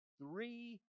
three